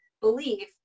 belief